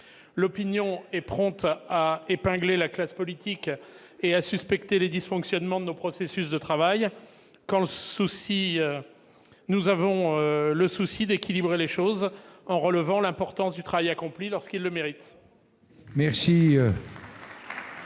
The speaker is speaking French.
L'opinion est prompte à épingler la classe politique et à suspecter des dysfonctionnements dans nos processus de travail ; nous avons, pour notre part, le souci d'équilibrer les choses en relevant l'importance du travail accompli lorsqu'il le mérite.